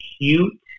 Cute